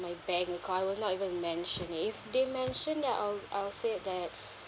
my bank account not even mention if they mention then I'll I'll say that